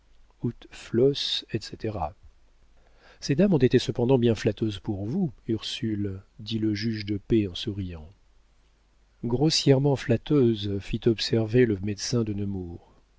etc ces dames ont été cependant bien flatteuses pour vous ursule dit le juge de paix en souriant grossièrement flatteuses fit observer le médecin de nemours